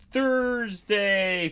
Thursday